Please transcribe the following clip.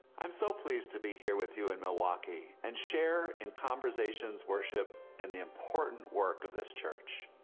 i'm so pleased to be here with you in milwaukee and share in conversations, worship, and the important work of this church.